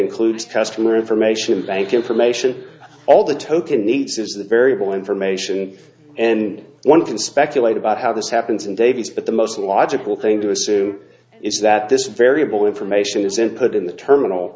includes customer information bank information all the token needs is the variable information and one can speculate about how this happens in davies but the most logical thing to assume is that this variable information is input in the terminal